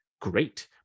great